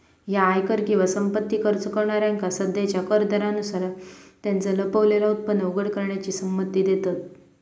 ह्या आयकर किंवा संपत्ती कर चुकवणाऱ्यांका सध्याच्या कर दरांनुसार त्यांचा लपलेला उत्पन्न उघड करण्याची संमती देईत